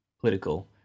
political